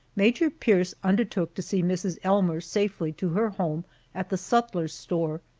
major pierce undertook to see mrs. elmer safely to her home at the sutler's store,